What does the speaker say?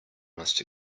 must